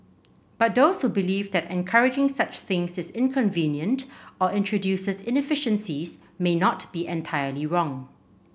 but those who believe that encouraging such things is inconvenient or introduces inefficiencies may not be entirely wrong